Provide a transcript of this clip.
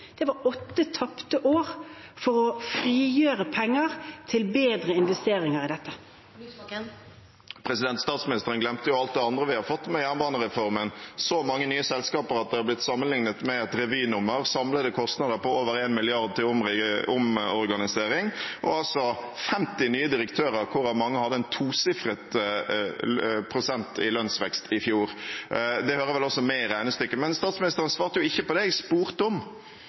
var åtte tapte år for å frigjøre penger til bedre investeringer i dette. Statsministeren glemte alt det andre vi har fått med jernbanereformen. Det er så mange nye selskaper at det har blitt sammenliknet med et revynummer. Det er samlede kostnader på over 1 mrd. kr til omorganisering og 50 nye direktører, hvorav mange hadde en tosifret prosentvis lønnsvekst i fjor. Det hører vel også med i regnestykket. Statsministeren svarte ikke på det jeg spurte om,